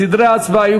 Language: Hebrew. סדרי ההצבעה יהיו